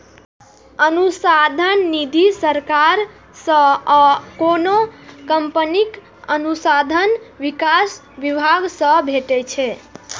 अनुसंधान निधि सरकार सं आ कोनो कंपनीक अनुसंधान विकास विभाग सं भेटै छै